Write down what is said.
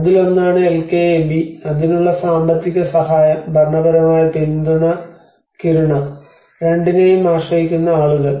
അതിലൊന്നാണ് എൽകെഎബി അതിനുള്ള സാമ്പത്തിക സഹായം ഭരണപരമായ പിന്തുണ കിരുണ രണ്ടിനെയും ആശ്രയിക്കുന്ന ആളുകൾ